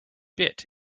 bit